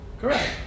Correct